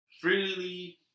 Freely